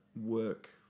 work